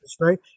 right